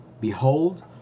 Behold